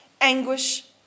anguish